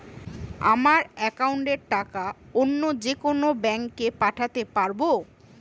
আমার একাউন্টের টাকা অন্য যেকোনো ব্যাঙ্কে পাঠাতে পারব?